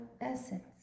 essence